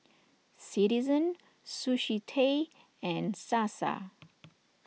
Citizen Sushi Tei and Sasa